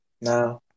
Now